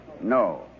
No